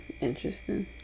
interesting